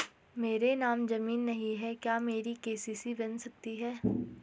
मेरे नाम ज़मीन नहीं है क्या मेरी के.सी.सी बन सकती है?